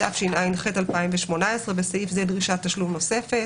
התשע"ח-2018 (בסעיף זה דרישת תשלום נוספת)".